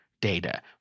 data